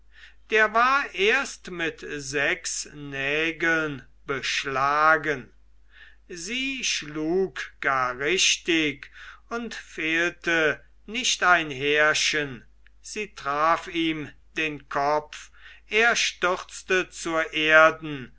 der war erst mit sechs nägeln beschlagen sie schlug gar richtig und fehlte nicht ein härchen sie traf ihm den kopf er stürzte zur erden